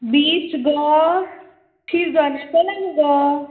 beach गो शिरदोना चला मुगो